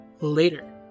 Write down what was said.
later